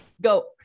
go